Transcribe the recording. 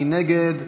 מי נגד?